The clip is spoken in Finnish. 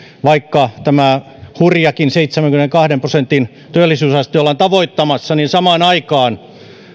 vaikka tämä hurjakin seitsemänkymmenenkahden prosentin työllisyysaste ollaan tavoittamassa niin samaan aikaan